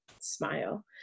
smile